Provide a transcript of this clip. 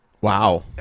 Wow